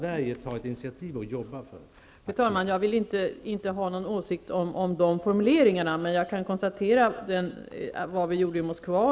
Fru talman! Jag vill inte ha någon åsikt om formuleringen, men jag kan betona vad vi gjorde i Moskva.